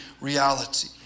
reality